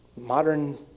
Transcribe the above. Modern